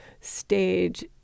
stage